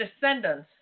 descendants